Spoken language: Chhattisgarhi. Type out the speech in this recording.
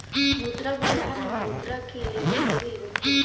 मुद्रा बजार म मुद्रा के लेवइ देवइ होथे